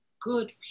good